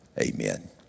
amen